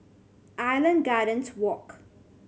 Island Gardens Walk